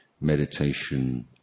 meditation